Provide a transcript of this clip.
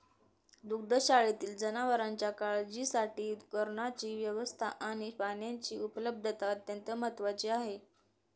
दुग्धशाळेतील जनावरांच्या काळजीसाठी कुरणाची व्यवस्था आणि पाण्याची उपलब्धता अत्यंत महत्त्वाची आहे